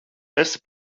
esi